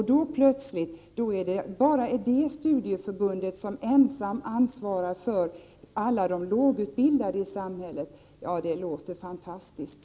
Då plötsligt är det detta studieförbund som ensamt ansvarar för alla de lågutbildade i samhället. Ja, det låter fantastiskt.